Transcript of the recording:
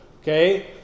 okay